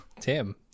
Tim